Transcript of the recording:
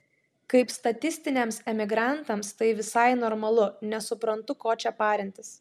kaip statistiniams emigrantams tai visai normalu nesuprantu ko čia parintis